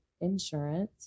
insurance